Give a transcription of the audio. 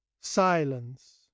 Silence